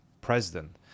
president